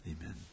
Amen